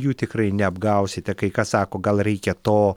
jų tikrai neapgausite kai kas sako gal reikia to